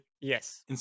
Yes